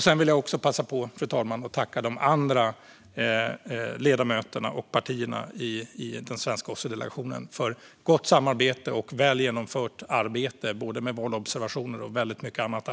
Sedan vill jag också passa på att tacka de andra ledamöterna och partierna i den svenska OSSE-delegationen för ett gott samarbete och väl genomfört arbete med både valobservationer och mycket annat.